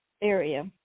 area